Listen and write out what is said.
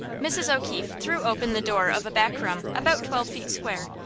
mrs. o'keefe threw open the door of a back room about twelve feet square,